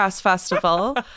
festival